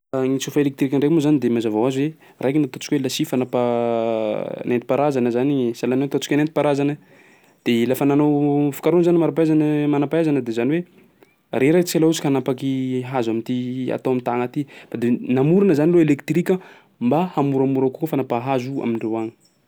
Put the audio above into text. Gny tsofa elektrika ndray moa zany de mazava hoazy hoe raika no ataontsika hoe la scie fanapaha nentim-paharazana zany igny e sahalan'ny hoe ataontsika nentim-paharazana. De lafa nanao fikarohana zany ny mari-pahaizana manam-pahaizana de zany hoe reraka tsika laha ka hanapaky hazo amin'ity atao am'tagna ty ka d- namorona zany loha elektrika mba hahamoramora kokoa fanapaha hazo amindreo agny.